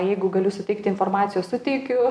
jeigu galiu suteikti informacijos suteikiu